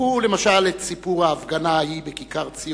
קחו למשל את סיפור ההפגנה ההיא בכיכר-ציון,